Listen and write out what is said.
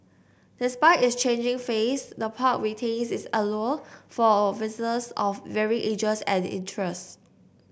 despite its changing face the park retains its allure for visitors of varying ages and interests